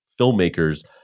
filmmakers